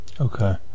Okay